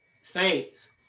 Saints